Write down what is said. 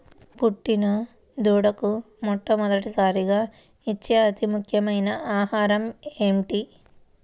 పుట్టిన దూడకు మొట్టమొదటిసారిగా ఇచ్చే అతి ముఖ్యమైన ఆహారము ఏంటి?